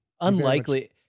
Unlikely